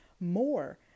more